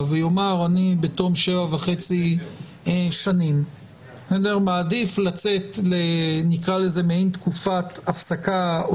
ויאמר: אני בתום שבע וחצי שנים מעדיף לצאת למעין תקופת הפסקה או